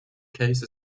case